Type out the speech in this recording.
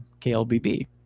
KLBB